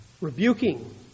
Rebuking